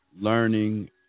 Learning